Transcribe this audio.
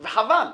וחבל.